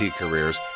careers